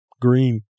Green